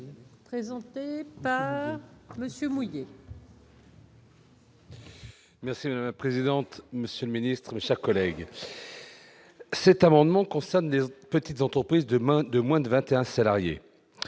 Présenté par Monsieur mouillé. Merci, présidente, monsieur le Ministre, mes chers collègues, cet amendement concerne de petites entreprises demain de moins de 21 salariés